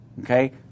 Okay